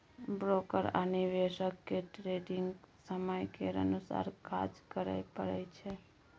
broker आ निवेशक केँ ट्रेडिग समय केर अनुसार काज करय परय छै